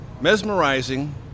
mesmerizing